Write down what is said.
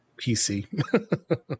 pc